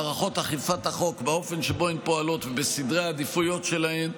באופן שבו מערכות האכיפה פועלות ובסדרי העדיפויות שלהן,